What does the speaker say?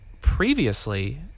previously